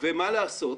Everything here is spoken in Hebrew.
ומה לעשות,